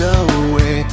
away